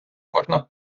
кожна